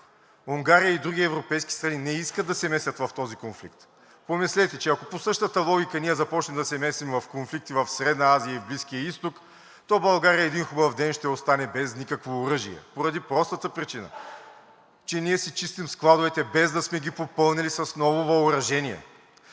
Унгария и други европейски страни не искат да се месят в този конфликт. Помислете, че ако по същата логика ние започнем да се месим в конфликти в Средна Азия и Близкия изток, то България един хубав ден ще остане без никакво оръжие, поради простата причина, че ние си чистим складовете, без да сме ги попълнили с ново въоръжение.